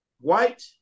white